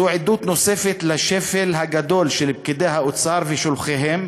זו עדות נוספת לשפל הגדול של פקידי האוצר ושולחיהם